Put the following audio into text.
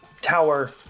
tower